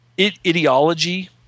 ideology